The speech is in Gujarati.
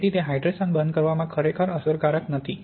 તેથી તે હાઇડ્રેશન બંધ કરવામાં ખરેખર અસરકારક નથી